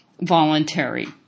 voluntary